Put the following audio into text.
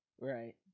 Right